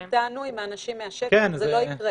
אני מניחה שכן --- זה לא יקרה